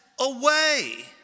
Away